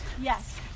Yes